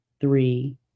three